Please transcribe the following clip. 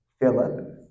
Philip